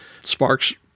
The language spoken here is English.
sparks